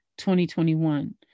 2021